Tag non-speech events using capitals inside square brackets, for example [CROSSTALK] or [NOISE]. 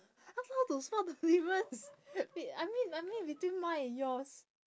how how to spot the difference [LAUGHS] wait I mean I mean between mine and yours